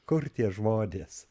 kur tie žmonės